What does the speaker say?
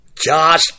Josh